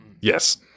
Yes